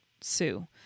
sue